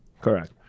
Correct